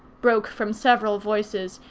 broke from several voices,